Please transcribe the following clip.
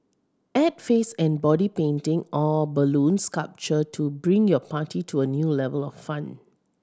add face and body painting or balloon sculpture to bring your party to a new level of fun